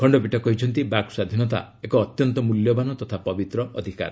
ଖଣ୍ଡପୀଠ କହିଛନ୍ତି ବାକ୍ସ୍ୱାଧୀନତା ଏକ ଅତ୍ୟନ୍ତ ମୂଲ୍ୟବାନ ତଥା ପବିତ୍ର ଅଧିକାର